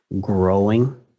Growing